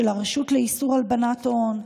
של הרשות לאיסור הלבנת הון,